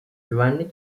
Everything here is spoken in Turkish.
güvenlik